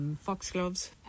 foxgloves